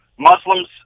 Muslims